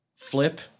Flip